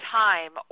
time